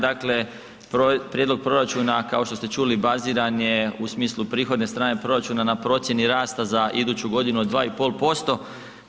Dakle, prijedlog proračuna kao što ste čuli, baziran je u smislu prihodne strane proračuna na procjeni rasta za iduću godinu od 2,5%